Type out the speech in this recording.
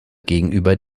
gegenüber